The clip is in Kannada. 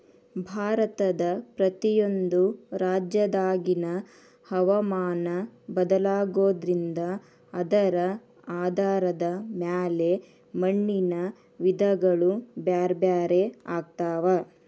ಭಾರತದ ಪ್ರತಿಯೊಂದು ರಾಜ್ಯದಾಗಿನ ಹವಾಮಾನ ಬದಲಾಗೋದ್ರಿಂದ ಅದರ ಆಧಾರದ ಮ್ಯಾಲೆ ಮಣ್ಣಿನ ವಿಧಗಳು ಬ್ಯಾರ್ಬ್ಯಾರೇ ಆಗ್ತಾವ